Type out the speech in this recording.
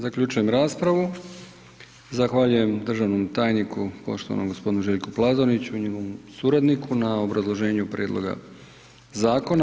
Zaključujem raspravu, zahvaljujem državnom tajniku poštovanom gospodinu Željku Plazoniću i njegovom suradniku na obrazloženju prijedloga zakona.